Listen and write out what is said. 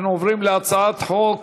אנחנו עוברים להצעת חוק